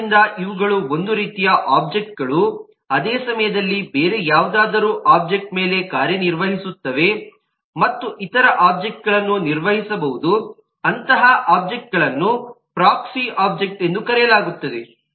ಆದ್ದರಿಂದ ಇವುಗಳು ಒಂದು ರೀತಿಯ ಒಬ್ಜೆಕ್ಟ್ಗಳು ಅದೇ ಸಮಯದಲ್ಲಿ ಬೇರೆ ಯಾವುದಾದರೂ ಒಬ್ಜೆಕ್ಟ್ನ ಮೇಲೆ ಕಾರ್ಯನಿರ್ವಹಿಸುತ್ತವೆ ಮತ್ತು ಇತರ ಒಬ್ಜೆಕ್ಟ್ಗಳನ್ನು ನಿರ್ವಹಿಸಬಹುದು ಅಂತಹ ಒಬ್ಜೆಕ್ಟ್ಗಳನ್ನು ಪ್ರೊಕ್ಸಿ ಒಬ್ಜೆಕ್ಟ್ಸ್ ಎಂದು ಕರೆಯಲಾಗುತ್ತದೆ